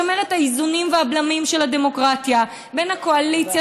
לשמר את האיזונים והבלמים של הדמוקרטיה בין הקואליציה,